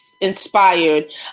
inspired